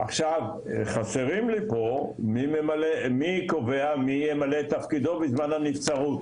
עכשיו חסרים לי פה מי קובע מי ימלא את תפקידו בזמן הנבצרות.